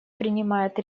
принимает